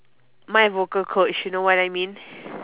my vocal coach you know what I mean